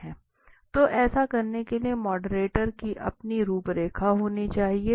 तो ऐसा करने के लिए मॉडरेटर की अपनी रूपरेखा होनी चाहिए